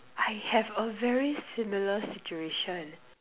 I have a very similar situation